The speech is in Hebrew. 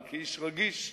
אבל כאיש רגיש,